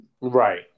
Right